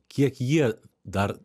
kiek jie dar